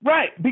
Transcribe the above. Right